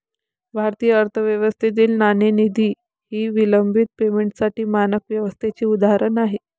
भारतीय अर्थव्यवस्थेतील नाणेनिधी हे विलंबित पेमेंटसाठी मानक व्यवस्थेचे उदाहरण आहे